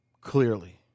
clearly